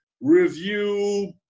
review